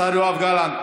השר יואב גלנט,